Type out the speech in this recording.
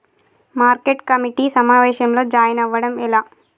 Market committee సమావేశంలో join అవ్వడం ఎలా?